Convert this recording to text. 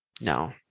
No